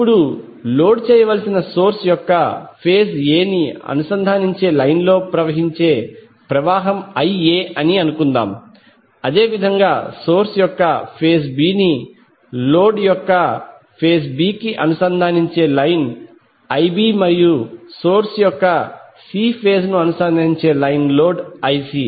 ఇప్పుడు లోడ్ చేయవలసిన సోర్స్ యొక్క ఫేజ్ A ని అనుసంధానించే లైన్ లో ప్రవహించే ప్రవాహం Ia అని అనుకుందాం అదేవిధంగా సోర్స్ యొక్క ఫేజ్ B ని లోడ్ యొక్క ఫేజ్ B కి అనుసంధానించే లైన్ Ib మరియు సోర్స్ యొక్క C ఫేజ్ ను అనుసంధానించే లైన్ లోడ్ Ic